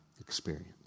experience